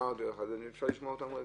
אפשר לשמוע אותם?